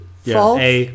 false